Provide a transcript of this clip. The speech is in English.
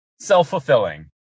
self-fulfilling